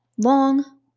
long